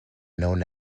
know